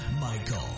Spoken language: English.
Michael